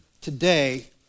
today